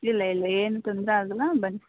ಇಲ್ಲ ಇಲ್ಲ ಏನು ತೊಂದರೆ ಆಗಲ್ಲ ಬನ್ನಿ